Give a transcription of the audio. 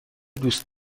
دوست